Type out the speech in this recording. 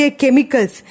chemicals